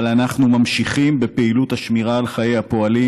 אבל אנחנו ממשיכים בפעילות השמירה על חיי הפועלים.